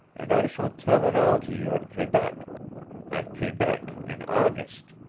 and i shall tell it all to you at quebec at quebec in august.